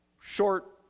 short